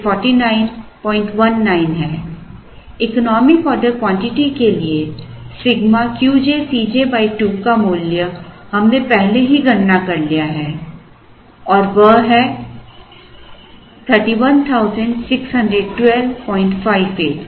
economic order quantity के लिए ∑Q j C J 2 का मूल्य हमने पहले ही गणना कर लिया है और वह है Refer Slide Time 0054 3161258